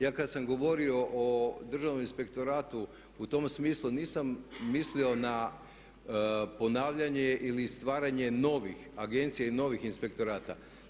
Ja kad sam govorio o Državnom inspektoratu u tom smislu nisam mislio na ponavljanje ili stvaranje novih agencija i novih inspektorata.